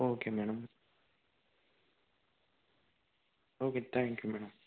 okay madam okay thank you madam